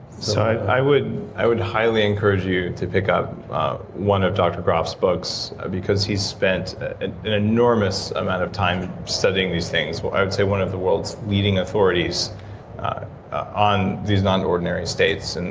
so i would i would highly encourage you to pick up one of dr. grof's books, because he spent an an enormous amount of time studying these things. i would say one of the world's leading authorities on these non-ordinary states, and